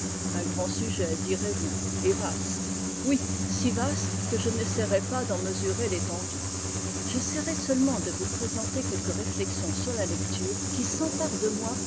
un grand sujet direz-vous et vaste oui si vaste que je n'essaierai pas d'en mesurerl'étendue j'essaierai seulement de vous présenter quelques réflexions sur la lecture qui s'emparent de moi